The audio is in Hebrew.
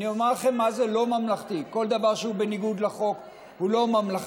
אני אומר לכם מה זה לא ממלכתי: כל דבר שהוא בניגוד לחוק הוא לא ממלכתי.